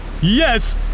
Yes